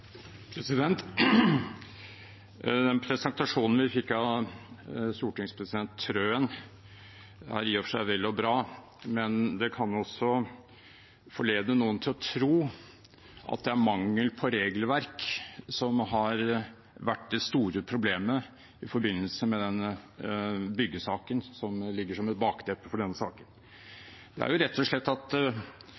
Den presentasjonen vi fikk av stortingspresident Wilhelmsen Trøen, er i og for seg vel og bra, men den kan også forlede noen til å tro at det er mangel på regelverk som har vært det store problemet i forbindelse med den byggesaken som ligger som et bakteppe for denne saken.